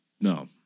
No